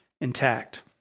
intact